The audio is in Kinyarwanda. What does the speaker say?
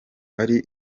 ari